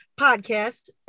podcast